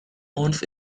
owns